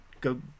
go